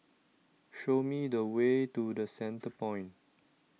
show me the way to the Centrepoint